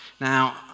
Now